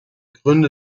gründe